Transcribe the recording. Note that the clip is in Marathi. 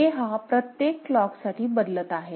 A हा प्रत्येक क्लॉकसाठी बदलत आहे